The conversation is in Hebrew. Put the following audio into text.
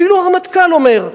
אפילו הרמטכ"ל אומר: